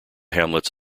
hamlets